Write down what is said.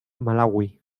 malawi